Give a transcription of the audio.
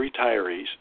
retirees